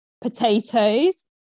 potatoes